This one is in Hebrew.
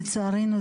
לצערנו,